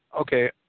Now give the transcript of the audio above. okay